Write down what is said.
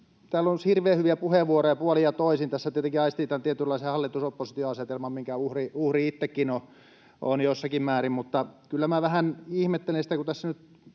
Täällä nousi hirveän hyviä puheenvuoroja puolin ja toisin. Tässä tietenkin aistii tämän tietynlaisen hallitus—oppositio-asetelman, minkä uhri itsekin olen jossakin määrin. Mutta kyllä minä vähän ihmettelen sitä, kun tässä nyt